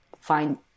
find